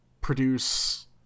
produce